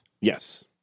Yes